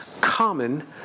common